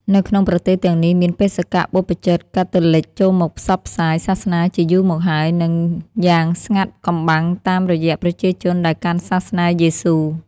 នៅក្នុង ប្រទេសទាំងនេះមានបេសកបព្វជិតកាតូលិចចូលមកផ្សព្វ ផ្សាយសាសនាជាយូរមកហើយ និងយ៉ាងស្ងាត់កំបាំងតាម រយៈប្រជាជនដែលកាន់សាសនាយេស៊ូ។